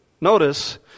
Notice